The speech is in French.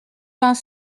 vingt